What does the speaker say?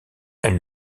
elle